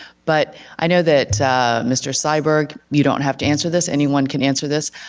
but i know that mr. syberg, you don't have to answer this, anyone can answer this,